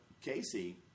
Casey